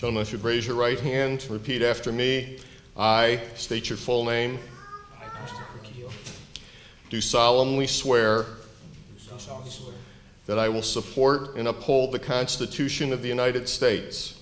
much raise your right hand repeat after me i state your full name do solemnly swear that i will support in uphold the constitution of the united states